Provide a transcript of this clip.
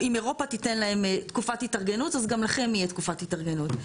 אם אירופה תיתן להם תקופת התארגנות אז גם לכם תהיה תקופת התארגנות.